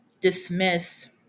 dismiss